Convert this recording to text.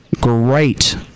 great